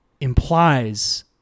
implies